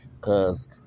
Cause